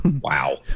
Wow